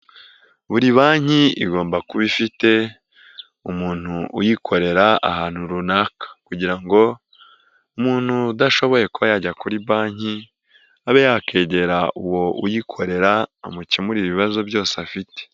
Buri banki igomba kuba ifite umuntu uyikorera ahantu runaka kugira ngo muntu udashoboye kuba yajya kuri banki abe yakegera uwo uyikorera amukemurire ibibazo byose afite.